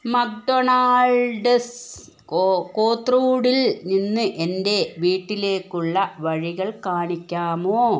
McDonald's കോ കോത്രൂഡിൽ നിന്ന് എൻ്റെ വീട്ടിലേക്കുള്ള വഴികൾ കാണിക്കാമോ